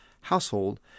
household